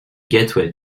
gateway